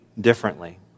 differently